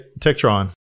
Tectron